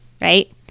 right